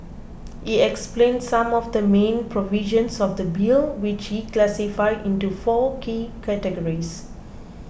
he explained some of the main provisions of the Bill which he classified into four key categories